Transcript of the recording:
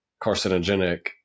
carcinogenic